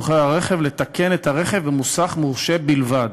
על סוחר הרכב לתקן את הרכב במוסך מורשה בלבד,